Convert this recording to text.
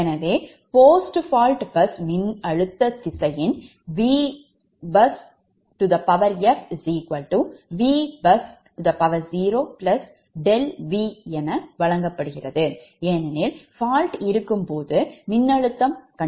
எனவே post fault bus மின்னழுத்த திசையன் VBusfVBus0∆V என வழங்கப்படுகிறது ஏனெனில் fault இருக்கும்போது மின்னழுத்தம் மாறும்